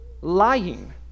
lying